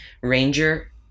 ranger